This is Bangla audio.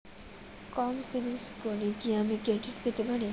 কম সিবিল স্কোরে কি আমি ক্রেডিট পেতে পারি?